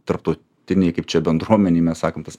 tarptautinėj kaip čia bendruomenėj mes sakom tas